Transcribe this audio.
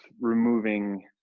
removing